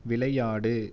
விளையாடு